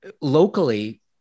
locally